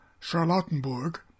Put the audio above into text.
Charlottenburg